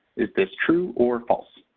is this true or false?